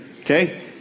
okay